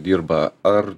dirba ar